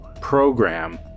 program